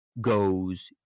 goes